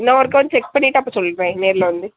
இன்னம் ஒருக்கா செக் பண்ணிவிட்டு அப்போ சொல்கிறேன் நேரில் வந்து